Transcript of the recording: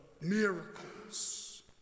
miracles